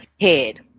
head